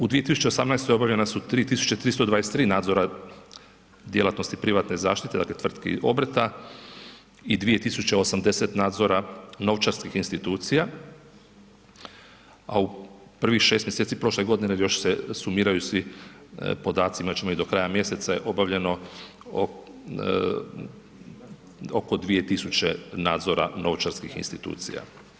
U 2018. obavljena su 3323 nadzora djelatnosti privatne zaštite, dakle tvrtki i obrta i 2080 nadzora novčarskih institucija, a u prvih 6 mjeseci prošle godine još se sumiraju svi podaci imat ćemo ih, do kraja mjeseca je obavljeno oko 2000 nadzora novčarskih institucija.